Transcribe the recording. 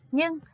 Nhưng